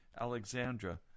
Alexandra